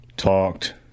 talked